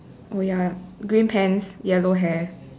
oh ya green pants yellow hair